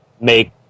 make